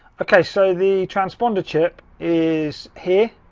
okay, so the transponder chip is here,